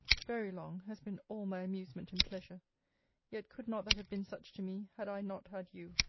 very long, has been all my amusement and pleasure yet could not that have been such to me, had i not had you,